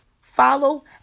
follow